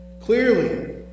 Clearly